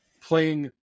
playing